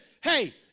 hey